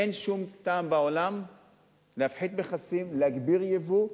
אין שום טעם בעולם להפחית מכסים, להגביר ייבוא,